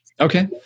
Okay